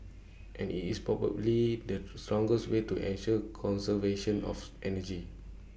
and it's probably the strongest way to ensure conservation of energy